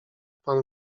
pan